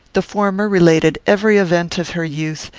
the former related every event of her youth,